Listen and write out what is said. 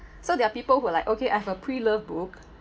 so there are people who are like okay I have a pre loved book